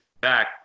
back